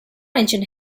engine